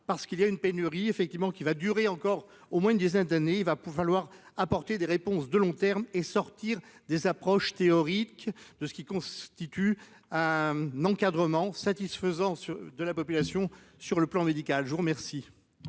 parce qu'il y a une pénurie effectivement qui va durer encore au moins une dizaine d'années, il va falloir apporter des réponses de long terme et sortir des approches théoriques de ce qui constitue un encadrement satisfaisant de la population sur le plan médical, je vous remercie.